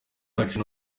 yacu